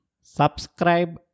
Subscribe